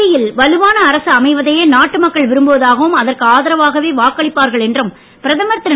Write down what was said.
மத்தியில் வலுவான அரசு அமைவதையே நாட்டு மக்கள் விரும்புவதாகவும் அதற்கு ஆதரவாகவே வாக்களிப்பார்கள் என்றும் பிரதமர் திரு